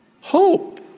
Hope